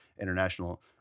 international